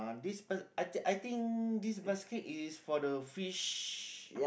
uh this bas~ I thi~ I think this basket is for the fish